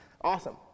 Awesome